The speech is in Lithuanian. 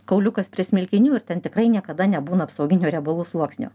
kauliukas prie smilkinių ir ten tikrai niekada nebūna apsauginio riebalų sluoksnio